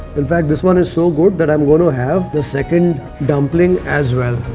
in fact, this one is so good that i'm going to have the second dumpling as well.